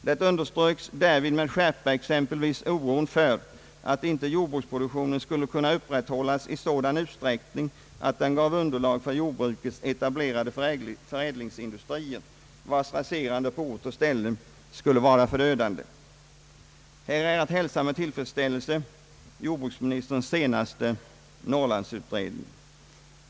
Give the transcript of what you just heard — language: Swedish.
Därvid underströks med skärpa exempelvis oron för att inte jordbruksproduktionen skulle kunna upprätthållas i sådan utsträckning att den gav underlag för jordbrukets etablerade förädlingsindustrier, vilkas raserande på ort och ställe skulle vara förödande. Här är jordbruksministerns senaste Norrlandsutredning att hälsa med tillfredsställelse.